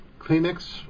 Kleenex